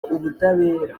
ubutabera